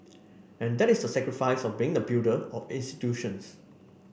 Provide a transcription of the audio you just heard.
and that is the sacrifice of being the builder of institutions